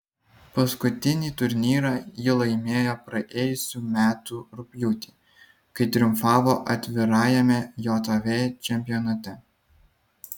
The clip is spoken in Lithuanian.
paskutinį turnyrą ji laimėjo praėjusių metų rugpjūtį kai triumfavo atvirajame jav čempionate